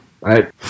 right